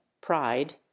pride